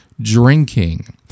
drinking